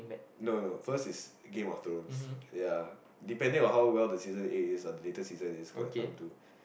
no no first is game of thrones ya depending on how well the season is or the latest season is going to come to